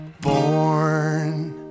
born